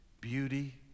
beauty